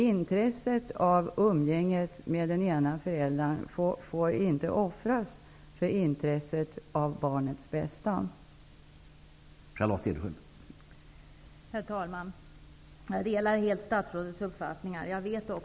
Barnets bästa får inte offras för intresset av umgänge med den ena föräldern.